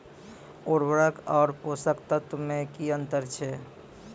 उर्वरक आर पोसक तत्व मे की अन्तर छै?